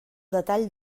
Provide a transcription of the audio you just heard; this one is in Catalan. detall